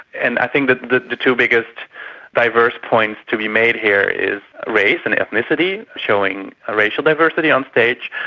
and i think the the two biggest diverse points to be made here is race and ethnicity, showing a racial diversity on stage,